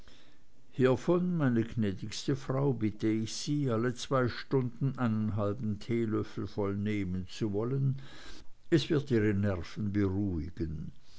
hiervon meine gnädigste frau bitte ich sie alle zwei stunden einen halben teelöffel voll nehmen zu wollen es wird ihre nerven beruhigen